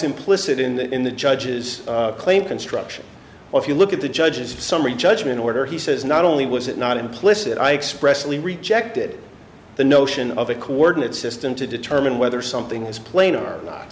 implicit in the judge's claim construction if you look at the judge's summary judgment order he says not only was it not implicit i expressively rejected the notion of a coordinate system to determine whether something is plain or not